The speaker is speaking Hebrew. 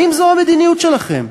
האם זו המדיניות שלכם?